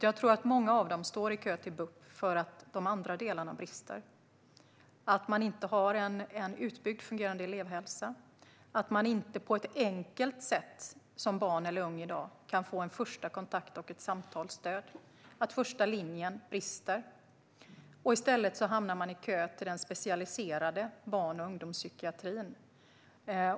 Jag tror att många av dem står i kö till BUP för att de andra delarna brister - att det inte finns en utbyggd, fungerande elevhälsa, att man som barn eller ung i dag inte på ett enkelt sätt kan få en första kontakt och ett samtalsstöd, att första linjen brister. I stället hamnar man i kö till den specialiserade barn och ungdomspsykiatrin.